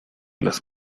las